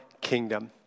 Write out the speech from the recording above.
kingdom